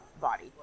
body